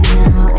now